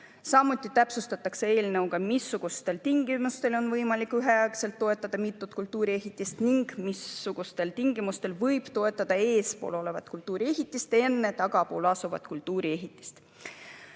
Samuti täpsustatakse eelnõuga, missugustel tingimustel on võimalik üheaegselt toetada mitut kultuuriehitist ning missugustel tingimustel võib toetada eespool olevat kultuuriehitist enne tagapool asuvat kultuuriehitist.